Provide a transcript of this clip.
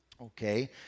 Okay